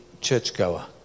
churchgoer